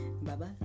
Bye-bye